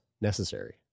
necessary